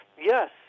Yes